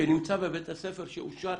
בבית הספר שאושר